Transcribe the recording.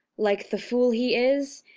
like the fool he is,